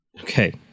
Okay